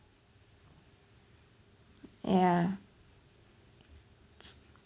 yeah